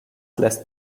lässt